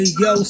yo